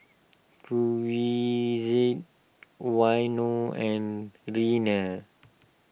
Waino and